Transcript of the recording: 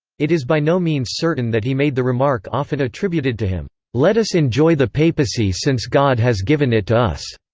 it is by no means certain that he made the remark often attributed to him, let us enjoy the papacy since god has given it to us,